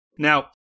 Now